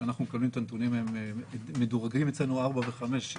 כשאנחנו מקבלים את הנתונים מדורגים אצלנו 4 ו-5.